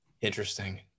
Interesting